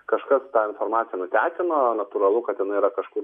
kažkas tą informaciją nutekino natūralu kad jinai yra kažkur